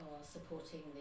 supporting